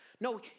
No